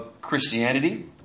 Christianity